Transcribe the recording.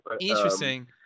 Interesting